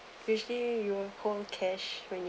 usually you will hold cash when you